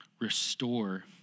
restore